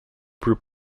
por